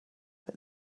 but